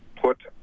put